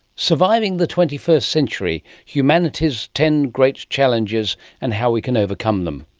surviving the twenty first century humanity's ten great challenges and how we can overcome them.